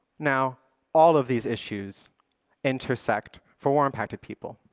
now all of these issues intersect for war-impacted people.